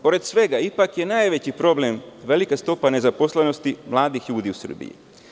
Pored svega, ipak je najveći problem velika stopa nezaposlenosti mladih ljudi u Srbiji.